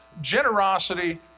Generosity